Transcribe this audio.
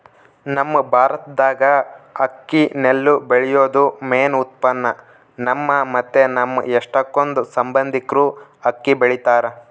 ನಮ್ ಭಾರತ್ದಾಗ ಅಕ್ಕಿ ನೆಲ್ಲು ಬೆಳ್ಯೇದು ಮೇನ್ ಉತ್ಪನ್ನ, ನಮ್ಮ ಮತ್ತೆ ನಮ್ ಎಷ್ಟಕೊಂದ್ ಸಂಬಂದಿಕ್ರು ಅಕ್ಕಿ ಬೆಳಿತಾರ